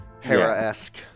Hera-esque